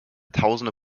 tausende